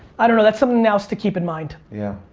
i don't know that's something else to keep in mind. yeah,